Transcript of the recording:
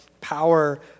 power